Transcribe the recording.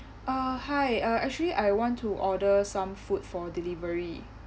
uh hi uh actually I want to order some food for delivery